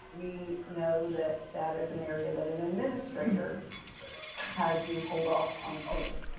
we know that that is an area that an administrator had you hold off on cleaning,